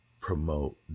promote